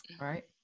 right